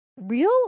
real